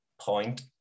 point